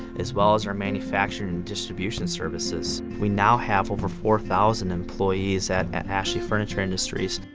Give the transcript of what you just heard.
as well as our manufacturing and distribution services. we now have over four thousand employees at ashley furniture industries.